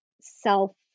self